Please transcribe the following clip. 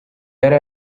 yari